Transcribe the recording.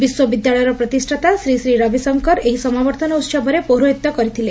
ବିଶ୍ୱବିଦ୍ୟାଳୟର ପ୍ରତିଷ୍ଷାତା ଶ୍ରୀ ଶ୍ରୀ ରବିଶଙ୍କର ଏହି ସମାବର୍ଭନ ଉହବରେ ପୌରହିତ୍ୟ କରିଥିଲେ